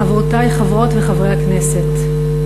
חברותי חברות וחברי הכנסת,